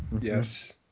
Yes